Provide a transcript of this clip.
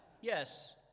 yes